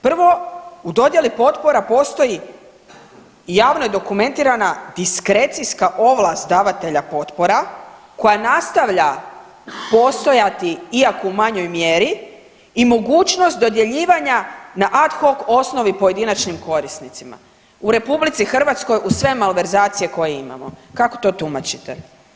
Prvo, u dodjeli potpora postoji i javno je dokumentirana diskrecijska ovlast davatelja potpora koja nastavlja postojati iako u manjoj mjeri i mogućnost dodjeljivanja na ad hoc osnovi pojedinačnim korisnicima u RH uz sve malverzacije koje imamo, kako to tumačite?